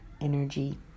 energy